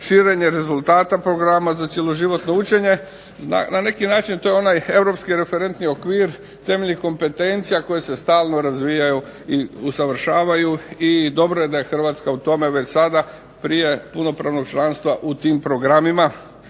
širenje rezultata programa za cjeloživotno učenje. Na neki način to je onaj europski referentni okvir temeljem kompetencija koje se stalno razvijaju i usavršavaju i dobro je da je Hrvatska u tome već sada prije punopravnog članstva u tim programima.